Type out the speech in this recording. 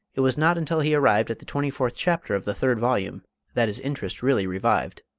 it was not until he arrived at the twenty fourth chapter of the third volume that his interest really revived.